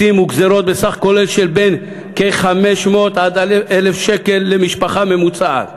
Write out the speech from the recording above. מסים וגזירות בסך כולל של בין 500 ל-1,000 שקל למשפחה ממוצעת.